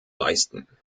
leisten